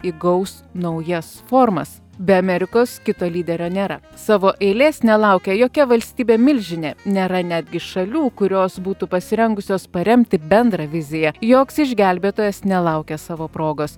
įgaus naujas formas be amerikos kito lyderio nėra savo eilės nelaukia jokia valstybė milžinė nėra netgi šalių kurios būtų pasirengusios paremti bendrą viziją joks išgelbėtojas nelaukia savo progos